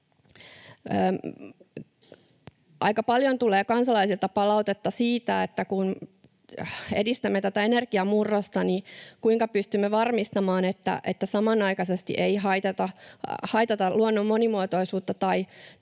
Aika paljon tulee kansalaisilta palautetta siitä, että kun edistämme tätä energiamurrosta, niin kuinka pystymme varmistamaan, että samanaikaisesti ei haitata luonnon monimuotoisuutta